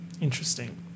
Interesting